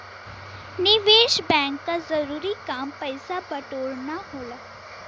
निवेस बैंक क जरूरी काम पैसा बटोरना होला